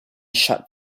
shut